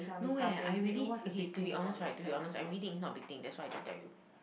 no eh I really okay to be honest right to be honest I really think it's not a big thing that's why I didn't tell you